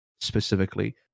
specifically